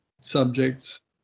subjects